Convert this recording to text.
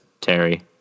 Terry